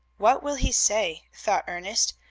what will he say, thought ernest,